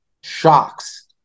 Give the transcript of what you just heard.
shocks